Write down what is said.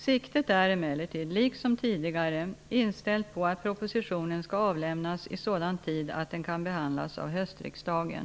Siktet är emellertid, liksom tidigare, inställt på att propositionen skall avlämnas i sådan tid att den kan behandlas av höstriksdagen.